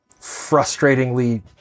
frustratingly